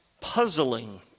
puzzling